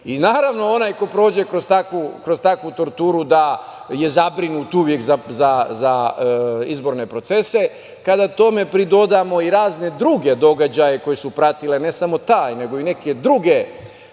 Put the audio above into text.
režima? Naravno, onaj ko prođe kroz takvu torturu je zabrinut uvek za izborne procese. Kada tome pridodamo i razne druge događaje koji su pratili ne samo taj, nego i neke druge